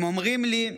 הם אומרים לי: